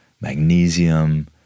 magnesium